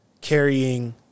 carrying